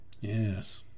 Yes